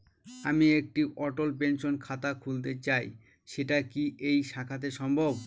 আমি একটি অটল পেনশন খাতা খুলতে চাই সেটা কি এই শাখাতে সম্ভব?